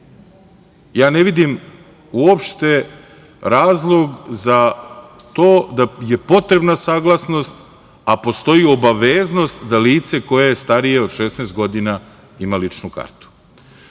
Ne vidim uopšte razlog za to da je potrebna saglasnost, a postoji obaveznost da lice koje je starije od 16 godina ima ličnu kartu. Mogu